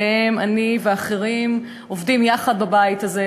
שעליהם אני ואחרים עובדים יחד בבית הזה,